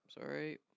sorry